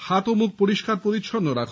হাত ও মুখ পরিষ্কার পরিচ্ছন্ন রাখুন